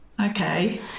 Okay